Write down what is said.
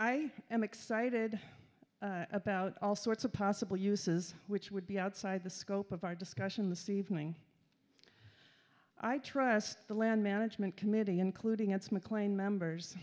i am excited about all sorts of possible uses which would be outside the scope of our discussion the c evening i trust the land management committee including its mclane members